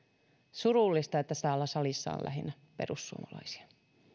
surullista että täällä salissa on lähinnä perussuomalaisia